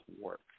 work